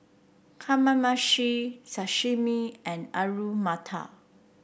Kamameshi Sashimi and Alu Matar